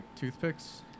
toothpicks